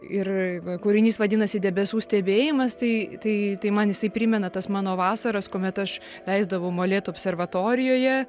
ir kūrinys vadinasi debesų stebėjimas tai tai tai man jisai primena tas mano vasaras kuomet aš leisdavau molėtų observatorijoje